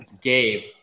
Gabe